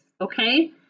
Okay